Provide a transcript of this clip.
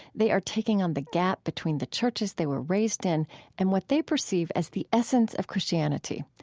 they are taking on the gap between the churches they were raised in and what they perceive as the essence of christianity.